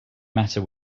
matter